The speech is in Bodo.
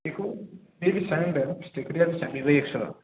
बेखौ बे बेसेबां होनदों फिथिख्रिया बेसेबां बेबो एक्स'